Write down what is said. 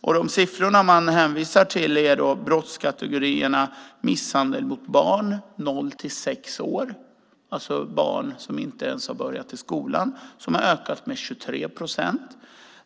De siffror man hänvisar till gäller brottskategorierna misshandel av barn 0-6 år - alltså barn som inte ens har börjat skolan. Detta har ökat med 23 procent.